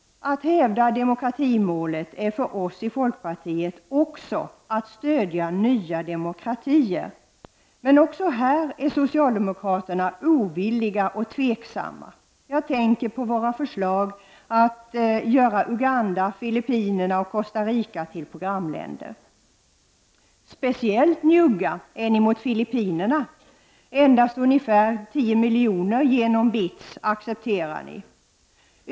Att hävda demokratimålet är för oss i folkpartiet också att stödja nya demokratier. Men även på denna punkt är socialdemokraterna ovilliga och tveksamma. Jag tänker på våra förslag att göra Uganda, Filippinerna och Costa Rica till programländer. Speciellt njugga är socialdemokraterna mot Filippinerna. De accepterar endast att ungefär 10 miljoner förmedlas genom BITS.